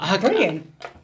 Brilliant